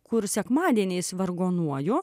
kur sekmadieniais vargonuoja